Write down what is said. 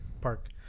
park